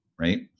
right